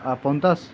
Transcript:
आ पाऊण तास